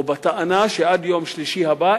או בטענה שעד יום שלישי הבא,